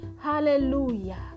hallelujah